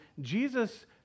Jesus